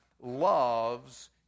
loves